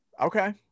Okay